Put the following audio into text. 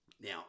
Now